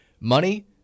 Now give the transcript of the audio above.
Money